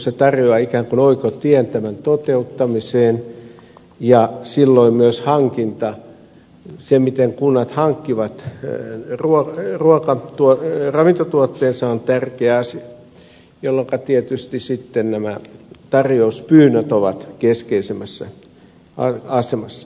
se tarjoaa ikään kuin oikotien tämän toteuttamiseen ja silloin myös hankinta se miten kunnat hankkivat ravintotuotteensa on tärkeä asia jolloinka tietysti sitten nämä tarjouspyynnöt ovat keskeisemmässä asemassa